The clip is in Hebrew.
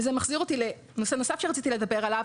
זה מחזיר אותי לנושא נוסף עליו רציתי לדבר.